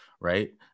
Right